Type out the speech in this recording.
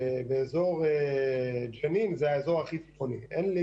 אזור ג'נין זה האזור הכי צפוני שיש לי.